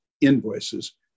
invoices